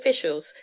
officials